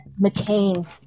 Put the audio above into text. McCain